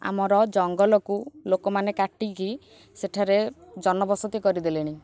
ଆମର ଜଙ୍ଗଲକୁ ଲୋକମାନେ କାଟିକି ସେଠାରେ ଜନବସତି କରିଦେଲେଣି